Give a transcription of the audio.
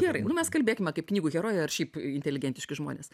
gerai mes kalbėkime kaip knygų herojai ar šiaip inteligentiški žmonės